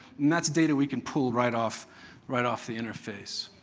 that's data we can pull right off right off the interface.